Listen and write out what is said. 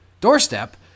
doorstep